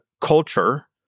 culture